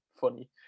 funny